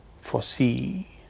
foresee